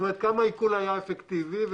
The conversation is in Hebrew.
כמה העיקול היה אפקטיבי.